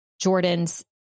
Jordan's